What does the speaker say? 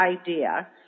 idea